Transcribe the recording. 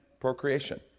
procreation